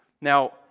Now